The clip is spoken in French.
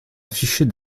afficher